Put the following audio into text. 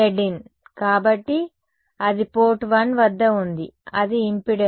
Zin కాబట్టి అది port 1 వద్ద ఉంది అది ఇంపెడెన్స్